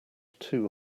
too